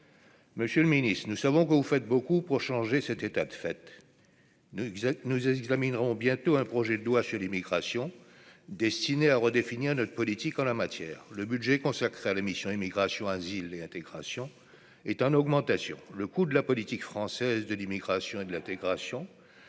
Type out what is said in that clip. Monsieur le Ministre, nous savons que vous faites beaucoup pour changer cet état de fait ne nous examinerons bientôt un projet de loi sur l'immigration, destiné à redéfinir notre politique en la matière, le budget consacré à la mission Immigration, asile et intégration est en augmentation, le coût de la politique française de l'immigration et de l'intégration